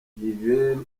yverry